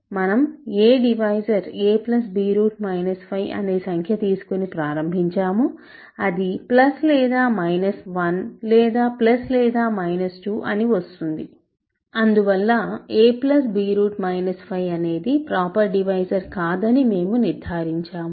మనం ఏ divisor a b 5 అనే సంఖ్య తీసుకొని ప్రారంభించామో అది ప్లస్ లేదా మైనస్ 1 లేదా ప్లస్ లేదా మైనస్ 2 అని వస్తుంది అందువల్ల a b 5 అనేది ప్రాపర్ డివైజర్ కాదని మేము నిర్ధారించాము